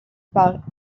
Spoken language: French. par